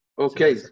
okay